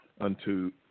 unto